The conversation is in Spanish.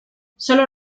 sólo